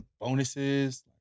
bonuses